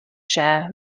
share